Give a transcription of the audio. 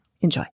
Enjoy